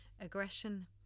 Aggression